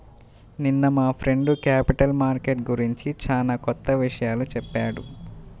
నిన్న మా friend capital market గురించి చానా కొత్త విషయాలు చెప్పాడు